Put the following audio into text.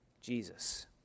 Jesus